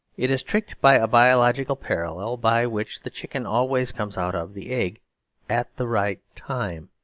it is tricked by a biological parallel, by which the chicken always comes out of the egg at the right time.